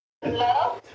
Hello